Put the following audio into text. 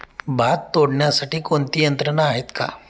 भात तोडण्यासाठी कोणती यंत्रणा आहेत का?